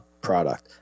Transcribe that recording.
product